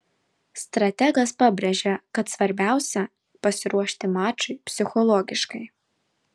strategas pabrėžė kad svarbiausia pasiruošti mačui psichologiškai